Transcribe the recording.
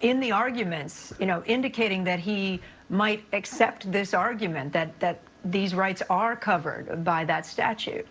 in the argument, you know, indicating that he might accept this argument, that that these rights are covered by that statute.